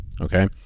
okay